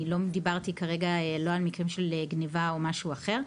אני לא דיברתי כרגע לא על מקרים של גניבה או משהו אחר,